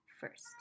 first